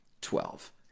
Twelve